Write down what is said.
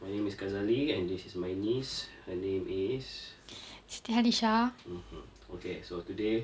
my name is kazali and this is my niece her name is mm hmm okay so today